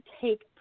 take